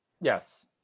Yes